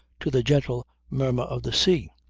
to the gentle murmur of the sea.